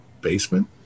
basement